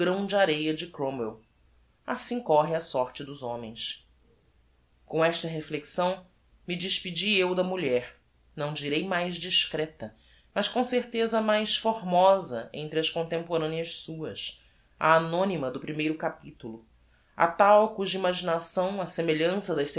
de arêa de cromwell assim corre a sorte dos homens com esta reflexão me despedi eu da mulher não direi mais discreta mas com certeza mais formosa entre as contemporaneas suas a anonyma do primeiro capitulo a tal cuja imaginação á semelhança das